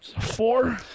Four